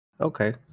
Okay